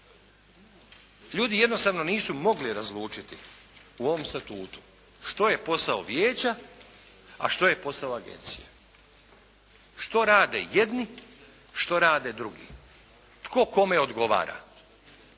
Ljudi jednostavno nisu mogli razlučiti u ovom statutu što je posao vijeća a što je posao agencije, što rade jedni, što rade drugi, tko kome odgovara